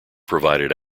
provided